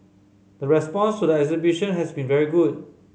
the response to the exhibition has been very good